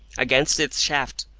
against its shaft,